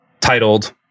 titled